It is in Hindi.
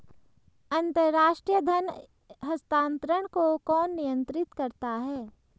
अंतर्राष्ट्रीय धन हस्तांतरण को कौन नियंत्रित करता है?